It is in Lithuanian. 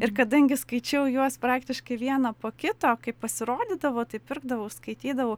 ir kadangi skaičiau juos praktiškai vieną po kito kaip pasirodydavo tai pirkdavau skaitydavau